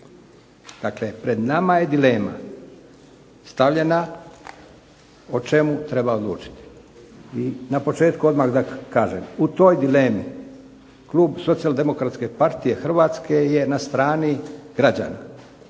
Dakle, pred nama je dilema stavljena o čemu treba odlučiti i na početku odmah da kažem, u toj dilemi klub Socijaldemokratske partije Hrvatske je na strani građana,